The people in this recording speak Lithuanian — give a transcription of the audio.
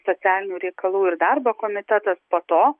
socialinių reikalų ir darbo komitetas po to